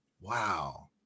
Wow